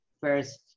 first